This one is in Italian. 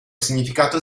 significato